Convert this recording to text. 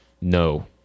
No